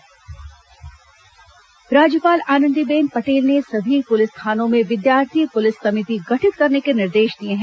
राज्यपाल थाना निरीक्षण राज्यपाल आनंदीबेन पटेल ने सभी पुलिस थानों में विद्यार्थी पुलिस समिति गठिन करने के निर्देश दिए हैं